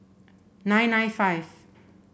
nine nine five